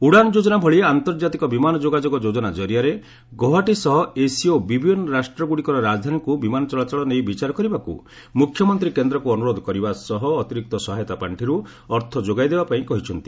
ଉଡ଼ାଣ ଯୋକନା ଭଳି ଆନ୍ତର୍ଜାତିକ ବିମାନ ଯୋଗାଯୋଗ ଯୋକ୍ତନା ଜରିଆରେ ଗୌହାଟି ସହ ଏସୀୟାନ୍ ଓ ବିବିଏନ୍ ରାଷ୍ଟ୍ରଗୁଡ଼ିକର ରାଜଧାନୀକୁ ବିମାନ ଚଳାଚଳ ନେଇ ବିଚାର କରିବାକୁ ମୁଖ୍ୟମନ୍ତ୍ରୀ କେନ୍ଦ୍ରକୁ ଅନୁରୋଧ କରିବା ସହ ଅତିରିକ୍ତ ସହାୟତା ପାର୍ଷିରୁ ଅର୍ଥ ଯୋଗାଇ ଦେବା ପାଇଁ କହିଛନ୍ତି